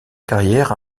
carrière